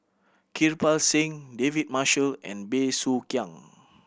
Kirpal Singh David Marshall and Bey Soo Khiang